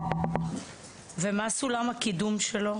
מה סולם הקידום שלו?